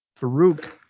Farouk